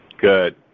Good